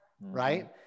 right